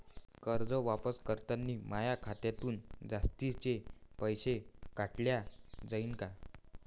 कर्ज वापस करतांनी माया खात्यातून जास्तीचे पैसे काटल्या जाईन का?